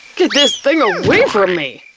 get this thing away from me!